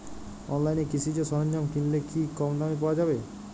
অনলাইনে কৃষিজ সরজ্ঞাম কিনলে কি কমদামে পাওয়া যাবে?